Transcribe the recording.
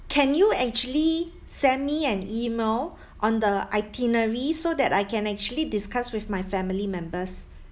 can you actually send me an email on the itinerary so that I can actually discuss with my family members